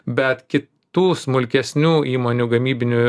bet kitų smulkesnių įmonių gamybinių